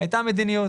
הייתה מדיניות